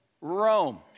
Rome